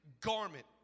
garment